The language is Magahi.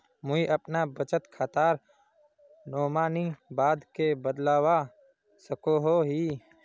मुई अपना बचत खातार नोमानी बाद के बदलवा सकोहो ही?